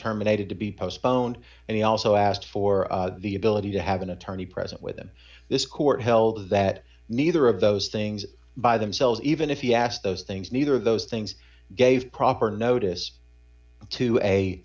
terminated to be postponed and he also asked for the ability to have an attorney present with him this court held that neither of those things by themselves even if he asked those things neither of those things gave proper notice to a